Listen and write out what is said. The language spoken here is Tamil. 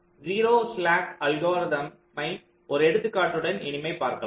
0 ஸ்லாக் அல்காரிதம்மை ஒரு எடுத்துக்காட்டுடன் இனி பார்க்கலாம்